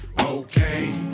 Okay